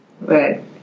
Right